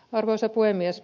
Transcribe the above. arvoisa puhemies